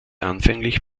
anfänglich